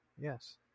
Yes